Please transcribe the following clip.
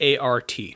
ART